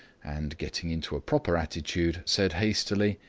and, getting into a proper attitude, said hastily,